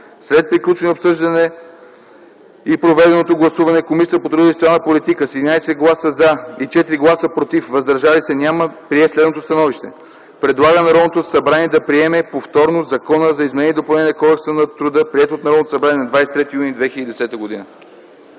След приключване на обсъждането и проведеното гласуване Комисията по труда и социалната политика с 11 гласа „за” и 4 гласа „против”, „въздържали се” – няма, прие следното становище: Предлага на Народното събрание да приеме повторно Закона за изменение и допълнение на Кодекса на труда, приет от Народното събрание на 23.06.2010 г.”